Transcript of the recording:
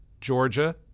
Georgia